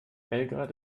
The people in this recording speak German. belgrad